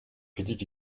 critique